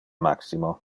maximo